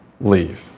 leave